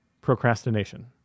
Procrastination